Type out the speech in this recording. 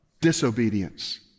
Disobedience